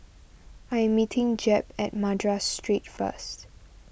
I am meeting Jeb at Madras Street first